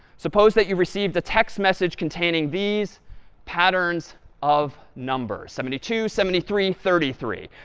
suppose that you received a text message containing these patterns of numbers. seventy two, seventy three, thirty three.